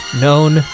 known